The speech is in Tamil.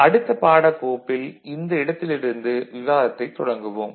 அடுத்த பாடக்கோப்பில் இந்த இடத்திலிருந்து விவாதத்தைத் தொடங்குவோம்